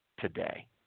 today